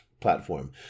platform